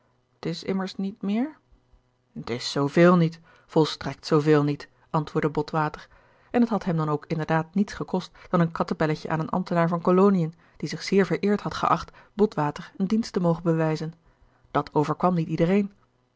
testament van mevrouw de tonnette t is zoo veel niet volstrekt zoo veel niet antwoordde botwater en het had hem dan ook inderdaad niets gekost dan een kattebelletje aan een ambtenaar van kolonien die zich zeer vereerd had geacht botwater eene dienst te mogen bewijzen dat overkwam niet iedereen